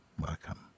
Welcome